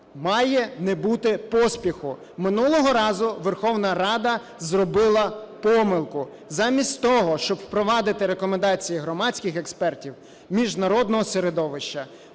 Має не бути поспіху. Минулого разу Верховна Рада зробила помилку - замість того, щоб впровадити рекомендації громадських експертів, міжнародного середовища,